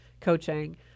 coaching –